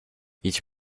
each